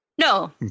No